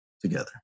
together